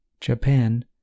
Japan